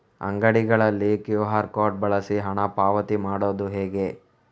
ಅಂಗಡಿಗಳಲ್ಲಿ QR code ಬಳಸಿ ಹಣ ಪಾವತಿ ಮಾಡೋದು ಹೇಗೆ?